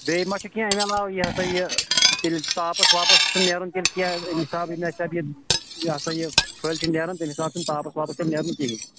بیٚیہِ ما چھُ کیٚنٛہہ اَمہِ علاو یہِ یِہ ہسا یہٕ تیٚلہِ تاپَس واپَس چھُ نہٕ نیٚرُن تیٚلہِ کیٚنٛہہ ییٚمہِ حِساب یہِ ہاسا یہِ فٕلۍ چھِ نیران تَمہِ حِساب چھُ نہٕ تاپَس واپَس تِم نیٚرُن کِہیٖنۍ